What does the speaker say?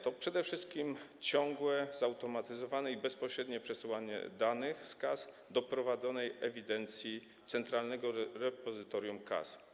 To przede wszystkim ciągłe, zautomatyzowane i bezpośrednie przesyłanie danych z kas do prowadzonej ewidencji Centralnego Repozytorium Kas.